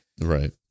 Right